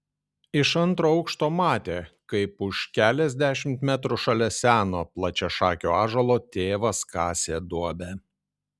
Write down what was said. iš antro aukšto matė kaip už keliasdešimt metrų šalia seno plačiašakio ąžuolo tėvas kasė duobę